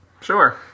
Sure